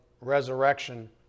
resurrection